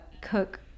cook